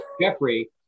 Jeffrey